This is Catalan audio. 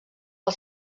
pel